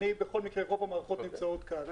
אני בכול מקרה - רוב המערכות נמצאות כאן.